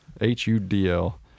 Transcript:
h-u-d-l